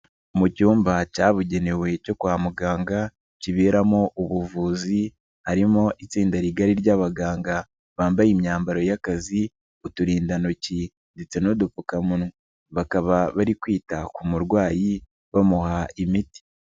Mu icyumba cyabugenewe cyo kwa muganga kiberamo ubuvuzi, harimo itsinda rigari ry'abaganga bambaye imyambaro y'akazi, uturindantoki ndetse n'udupfukamunwa, bakaba bari kwita ku murwayi bamuha imiti.